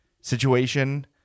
situation